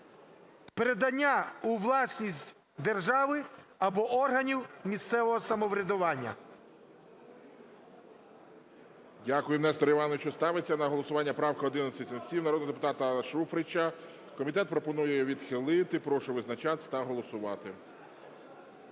передання у власність держави або органів місцевого самоврядування...".